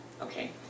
Okay